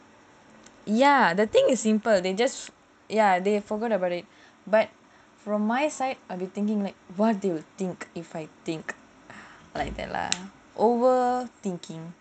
ya the thing is simple they just ya they forgot about it but from my side of me I will think like what they will think if I think like that lah over thinking